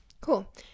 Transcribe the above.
cool